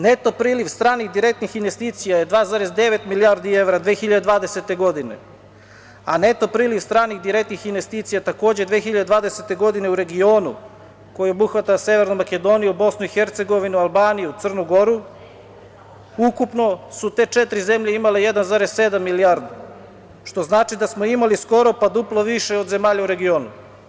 Neto priliv stranih direktnih investicija je 2,9 milijardi evra 2020. godine, a neto priliv stranih direktnih investicija takođe 2020. godine u regionu koji obuhvata Severnu Makedoniju, BiH, Albaniju, Crnu Goru, ukupno su te četiri zemlje imale 1,7 milijardi, što znači da smo imali skoro duplo više od zemalja u regionu.